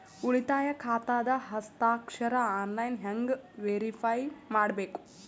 ಉಳಿತಾಯ ಖಾತಾದ ಹಸ್ತಾಕ್ಷರ ಆನ್ಲೈನ್ ಹೆಂಗ್ ವೇರಿಫೈ ಮಾಡಬೇಕು?